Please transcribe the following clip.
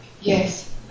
Yes